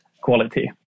quality